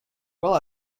well